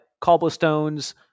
cobblestones